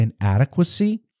inadequacy